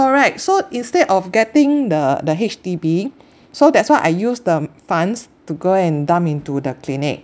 correct so instead of getting the the H_D_B so that's why I use the funds to go and dump into the clinic